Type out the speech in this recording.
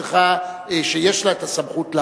שיש לה הסמכות להרוס,